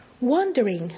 wondering